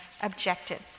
objected